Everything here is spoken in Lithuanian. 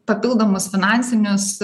papildomus finansinius